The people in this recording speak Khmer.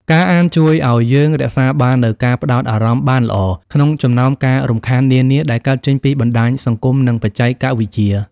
ការអានជួយឱ្យយើងរក្សាបាននូវការផ្ដោតអារម្មណ៍បានល្អ ក្នុងចំណោមការរំខាននានាដែលកើតចេញពីបណ្ដាញសង្គម និងបច្ចេកវិទ្យា។